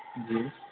جی